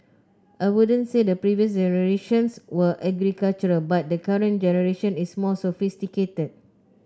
I wouldn't say the previous